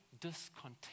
discontent